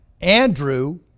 Andrew